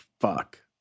fuck